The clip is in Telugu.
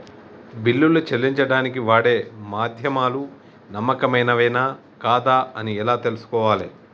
బిల్లులు చెల్లించడానికి వాడే మాధ్యమాలు నమ్మకమైనవేనా కాదా అని ఎలా తెలుసుకోవాలే?